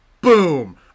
boom